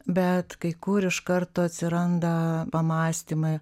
bet kai kur iš karto atsiranda pamąstymai